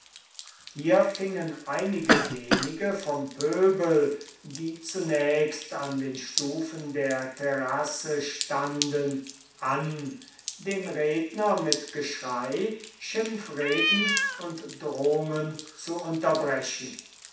hier fingen einige wenige vom pöbel die zunächst an den stufen der terrasse standen an den redner mit geschrei schimpfreden und drohungen zu unterbrechen